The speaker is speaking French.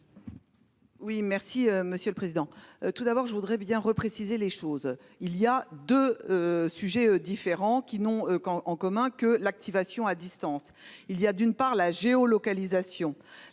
est à Mme le rapporteur. Tout d'abord, je voudrais bien repréciser les choses. Il y a deux sujets différents, qui n'ont en commun que l'activation à distance. Il y a d'abord la géolocalisation,